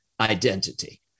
identity